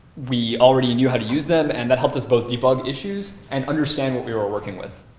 we already knew how to use them. and that helped us both debug issues and understand what we were working with.